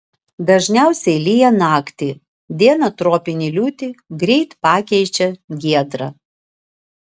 dažniausiai lyja naktį dieną tropinę liūtį greit pakeičia giedra